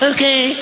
Okay